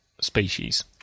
species